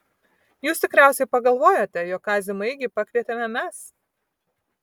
jūs tikriausiai pagalvojote jog kazį maigį pakvietėme mes